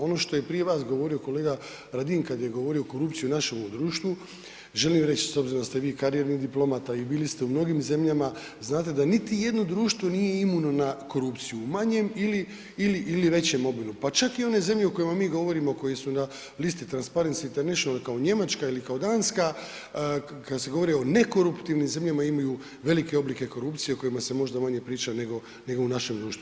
Ono što je prije vas govorio kolega Radin kad je govorio o korupciji u našemu društvu, želim reć s obzirom da ste vi karijerni diplomata i bili ste u mnogim zemljama, znate da niti jedno društvo nije imuno na korupciju u manjem ili, ili, ili većem obimu, pa čak i one zemlje o kojima mi govorimo, koje su na listu Transparency International kao Njemačka ili kao Danska, kad se govori o nekoruptivnim zemljama imaju velike oblike korupcije o kojima se možda manje priča nego, nego u našem društvu.